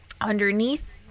underneath